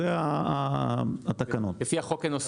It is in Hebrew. זה התקנות.